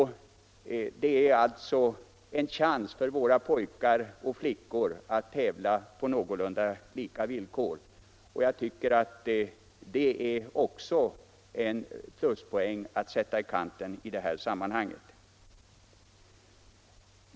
Det är alltså en chans för våra pojkar och flickor att tävla på någorlunda lika villkor. Jag tycker att det också är en pluspoäng att sätta i kanten i det här sammanhanget.